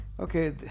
Okay